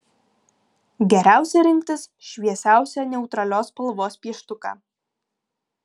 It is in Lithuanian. geriausia rinktis šviesiausią neutralios spalvos pieštuką